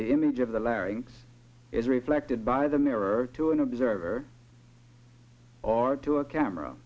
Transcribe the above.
the image of the larynx is reflected by the mirror to an observer or to a camera